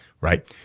right